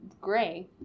gray